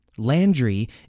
Landry